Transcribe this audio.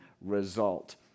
result